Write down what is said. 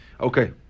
Okay